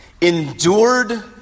endured